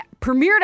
premiered